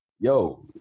Yo